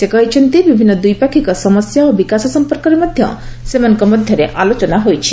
ସେ କହିଛନ୍ତି ବିଭିନ୍ନ ଦ୍ୱିପାକ୍ଷିକ ସମସ୍ୟା ଓ ବିକାଶ ସମ୍ପର୍କରେ ମଧ୍ୟ ସେମାନଙ୍କ ମଧ୍ୟରେ ଆଲୋଚନା ହୋଇଛି